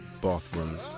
bathrooms